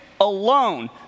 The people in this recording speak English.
alone